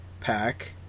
Pack